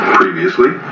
previously